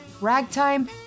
ragtime